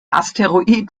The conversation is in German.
asteroid